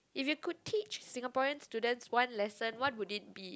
if you could teach Singaporean students one lesson what would it be